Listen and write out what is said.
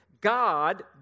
God